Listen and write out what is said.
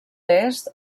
est